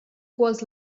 was